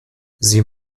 sie